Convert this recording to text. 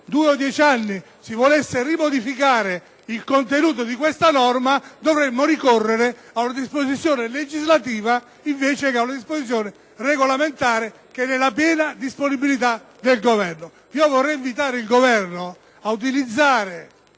numero di anni, si volesse nuovamente modificare il contenuto di questa norma si dovrebbe ricorrere ad una disposizione legislativa invece che ad una disposizione regolamentare, che e nella piena disponibilitadel Governo. Invito dunque il Governo ad utilizzare